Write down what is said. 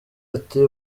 ati